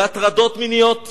בהטרדות מיניות.